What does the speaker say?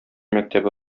мәктәбе